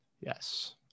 Yes